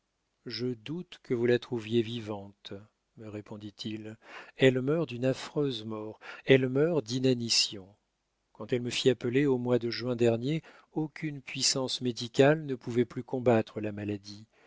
je doute que vous la trouviez vivante me répondit-il elle meurt d'une affreuse mort elle meurt d'inanition quand elle me fit appeler au mois de juin dernier aucune puissance médicale ne pouvait plus combattre la maladie